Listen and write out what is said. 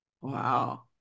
Wow